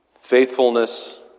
Faithfulness